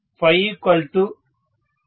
220504